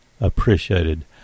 appreciated